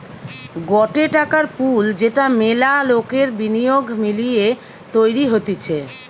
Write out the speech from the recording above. গটে টাকার পুল যেটা মেলা লোকের বিনিয়োগ মিলিয়ে তৈরী হতিছে